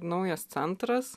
naujas centras